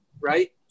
right